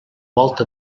volta